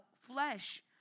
flesh